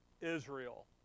Israel